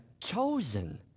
chosen